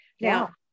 Now